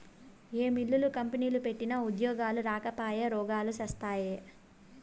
ఏ మిల్లులు, కంపెనీలు పెట్టినా ఉద్యోగాలు రాకపాయె, రోగాలు శాస్తాయే